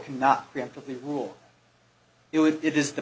cannot preemptively rule it would it is the